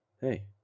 Hey